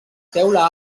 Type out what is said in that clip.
teula